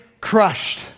crushed